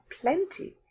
plenty